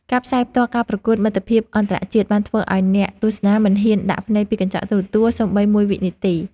ការផ្សាយផ្ទាល់ការប្រកួតមិត្តភាពអន្តរជាតិបានធ្វើឱ្យអ្នកទស្សនាមិនហ៊ានដាក់ភ្នែកពីកញ្ចក់ទូរទស្សន៍សូម្បីមួយវិនាទី។